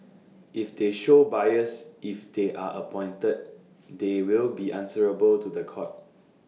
if they show bias if they are appointed they will be answerable to The Court